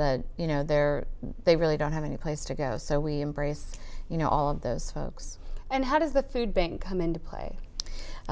stress you know they're they really don't have any place to go so we embrace you know all of those folks and how does the food being come into play